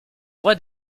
voit